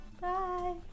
Bye